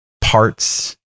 parts